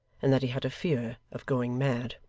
and that he had a fear of going mad.